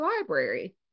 library